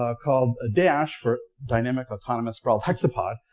ah called ah dash, for dynamic autonomous sprawled hexapod,